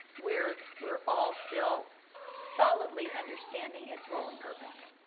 we're we're all still solidly understanding its role and purpose.